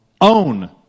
own